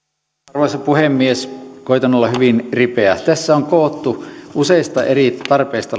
arvoisa puhemies koetan olla hyvin ripeä tässä on koottu useista eri tarpeista